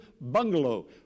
bungalow